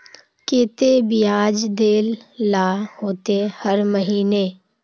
केते बियाज देल ला होते हर महीने?